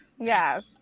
Yes